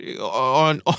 on